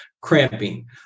cramping